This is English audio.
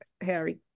Harry